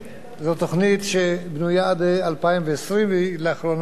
ולאחרונה גמרו לכתוב אותה.